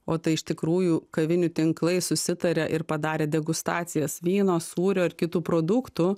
o tai iš tikrųjų kavinių tinklai susitarė ir padarė degustacijas vyno sūrio ar kitų produktų